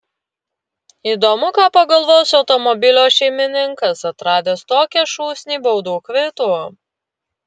įdomu ką pagalvos automobilio šeimininkas atradęs tokią šūsnį baudų kvitų